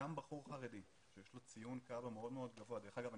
גם בחור חרדי שיש לו ציון קב"א מאוד גבוה דרך אגב,